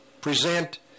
present